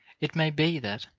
it may be that,